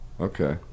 okay